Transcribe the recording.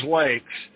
lakes